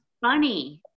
funny